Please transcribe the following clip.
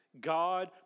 God